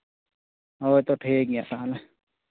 ᱦᱳᱭ ᱛᱚ ᱴᱷᱤᱠ ᱜᱮᱭᱟ ᱛᱟᱦᱚᱞᱮ